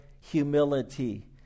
humility